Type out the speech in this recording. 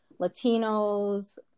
Latinos